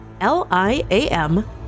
L-I-A-M